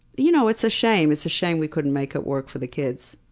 you know it's a shame. it's a shame we couldn't make it work for the kids.